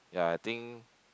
ya I think